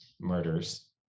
murders